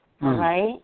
Right